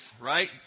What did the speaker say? right